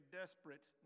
desperate